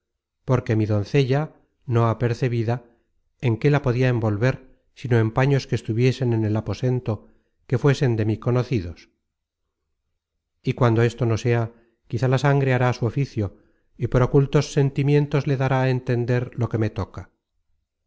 porque mi doncella no apercebida en qué la podia envolver sino en paños que estuviesen en el aposento que fuesen de mí conocidos y cuando esto no sea quizá la sangre hará su oficio y por ocultos sentimientos le dará á entender lo que me toca